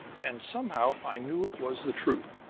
and somehow i knew it was the truth.